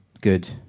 good